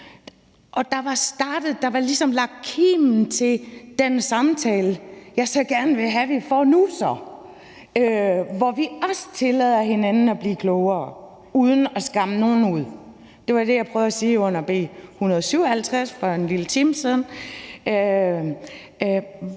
ligesom lagt kimen til den samtale, jeg så gerne vil have vi får nu så, hvor vi også tillader hinanden at blive klogere uden at skamme nogen ud. Det var det, jeg prøvede at sige under behandlingen